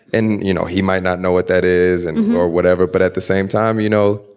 and, you know, he might not know what that is and or whatever. but at the same time, you know,